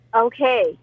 Okay